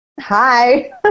Hi